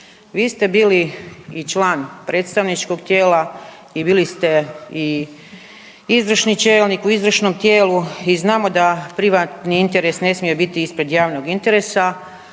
Vi ste bili i član predstavničkog tijela i bili ste i izvršni čelnik u izvršnom tijelu i znamo da privatni interes ne smije biti ispred javnog interesa,